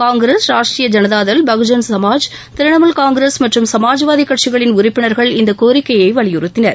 Congress Rashtriya Janata Dal Bahujan Samaj Trinamool Congress மற்றும் சமாஜ்வாதி கட்சிகளின் உறுப்பினர்கள் இந்த கோரிக்கையை வலியுறுத்தினர்